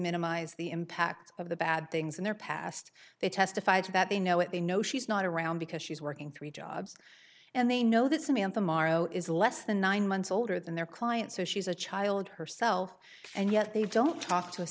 minimize the impact of the bad things in their past they testified to that they know it they know she's not around because she's working three jobs and they know that samantha morrow is less than nine months older than their client so she's a child herself and yet they don't talk to a